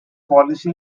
policy